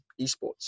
esports